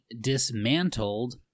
dismantled